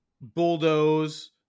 bulldoze